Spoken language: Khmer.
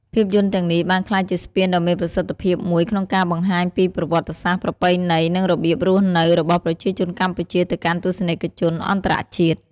ភាពយន្តទាំងនេះបានក្លាយជាស្ពានដ៏មានប្រសិទ្ធភាពមួយក្នុងការបង្ហាញពីប្រវត្តិសាស្ត្រ ប្រពៃណី និងរបៀបរស់នៅរបស់ប្រជាជនកម្ពុជាទៅកាន់ទស្សនិកជនអន្តរជាតិ។